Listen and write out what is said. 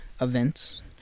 events